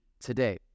today